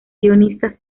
sionistas